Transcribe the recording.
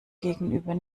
gegenüber